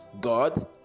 god